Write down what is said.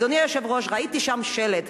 אדוני היושב-ראש, ראיתי שם שלט: